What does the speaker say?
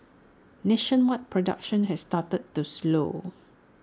nationwide production has started to slow